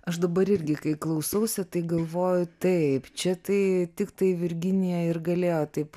aš dabar irgi kai klausausi tai galvoju taip čia tai tiktai virginija ir galėjo taip